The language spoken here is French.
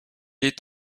est